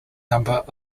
number